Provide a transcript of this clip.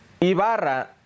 Ibarra